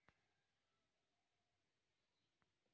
वावरेस्मा खते फवारणीनं काम स्प्रेडरमुये सोप्पं व्हयी गय